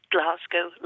Glasgow